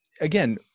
again –